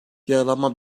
yaralanma